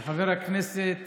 לחבר הכנסת